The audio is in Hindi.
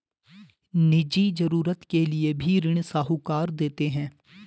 निजी जरूरत के लिए भी ऋण साहूकार देते हैं